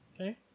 Okay